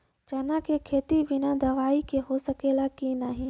चना के खेती बिना दवाई के हो सकेला की नाही?